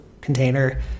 container